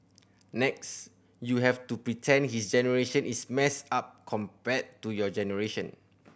next you have to pretend this generation is messed up compared to your generation